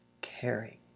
caring